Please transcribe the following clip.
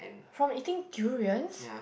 from eating durians